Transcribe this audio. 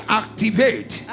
activate